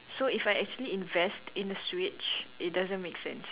so if I actually invest in a Switch it doesn't make sense